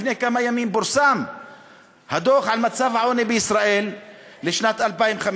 לפני כמה ימים פורסם הדוח על המצב העוני בישראל לשנת 2015,